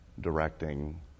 directing